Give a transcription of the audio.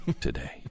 today